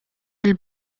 mill